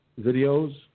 videos